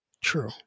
True